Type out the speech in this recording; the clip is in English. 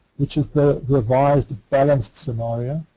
which is the revised balanced scenario.